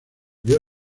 vio